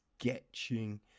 sketching